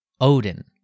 Odin